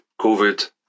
COVID